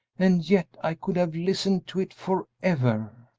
and yet i could have listened to it forever!